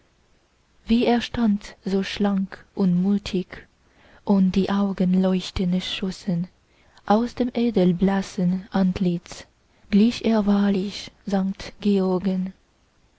wie er stand so schlank und mutig und die augen leuchtend schossen aus dem edelblassen antlitz glich er wahrlich sankt georgen